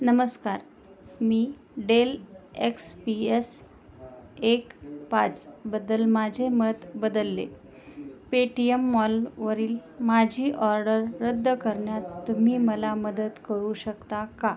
नमस्कार मी Dell X P S एक पाचबद्दल माझे मत बदलले पेटीयेम मॉल वरील माझी ऑर्डर रद्द करण्यात तुम्ही मला मदत करू शकता का